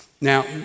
Now